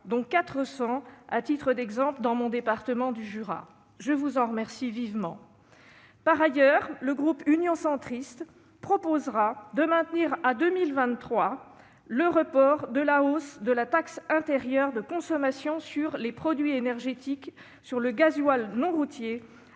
dont 400, à titre d'exemple, dans mon département, le Jura- je vous en remercie vivement. Par ailleurs, le groupe Union Centriste proposera de maintenir à 2023 le report de la hausse de la taxe intérieure de consommation sur les produits énergétiques sur le gazole non routier